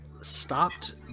stopped